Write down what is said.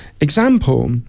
example